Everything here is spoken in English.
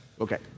Okay